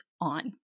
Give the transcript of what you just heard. on